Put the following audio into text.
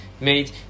made